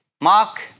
Mark